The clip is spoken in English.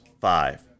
five